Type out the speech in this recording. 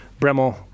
Bremel